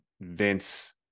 Vince